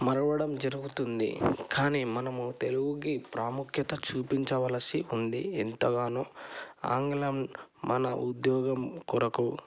మరవడం జరుగుతుంది కానీ మనము తెలుగుకి ప్రాముఖ్యత చూపించవలసి ఉంది ఎంతగానో ఆంగ్లము మన ఉద్యోగం కొరకు